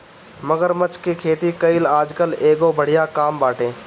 मगरमच्छ के खेती कईल आजकल एगो बढ़िया काम बाटे